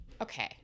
Okay